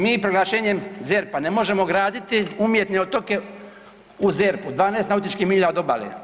Mi proglašenjem ZERP-a ne možemo graditi umjetne otoke u ZERP-u 12 nautičkih milja od obale.